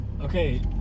Okay